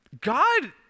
God